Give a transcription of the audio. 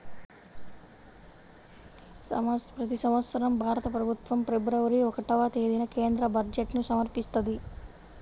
ప్రతి సంవత్సరం భారత ప్రభుత్వం ఫిబ్రవరి ఒకటవ తేదీన కేంద్ర బడ్జెట్ను సమర్పిస్తది